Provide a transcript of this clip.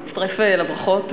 אני מצטרפת לברכות,